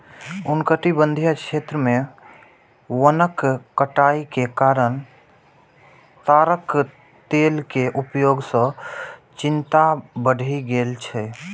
उष्णकटिबंधीय क्षेत्र मे वनक कटाइ के कारण ताड़क तेल के उपयोग सं चिंता बढ़ि गेल छै